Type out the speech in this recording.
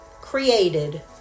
created